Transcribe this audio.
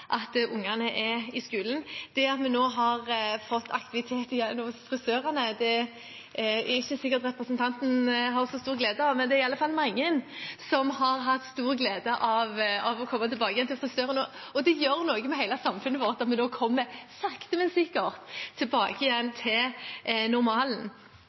ikke sikkert at representanten har så stor glede av, men det er iallfall mange som har hatt stor glede av å komme tilbake igjen til frisøren. Det gjør noe med hele samfunnet vårt at vi sakte, men sikkert kommer tilbake igjen